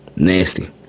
nasty